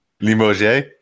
Limoges